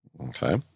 Okay